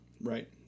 right